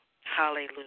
hallelujah